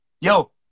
Yo